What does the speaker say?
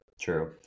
true